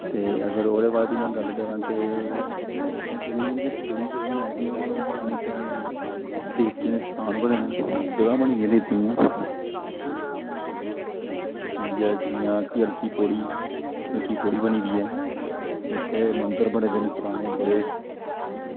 ते अगर ओह्दे बाद में गल्ल करां ते जम्मू दे बिच्च बड़ी जगह् न ऐसियां पराने पराने तीर्थें दे स्थान बने दे न जगह् बनी दियां न तीर्थें दियां ठीक ऐ जियां कि हल्की पौड़ी बनी दी ऐ उत्थें मन्दर बने दे न पराने बड़े